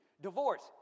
Divorce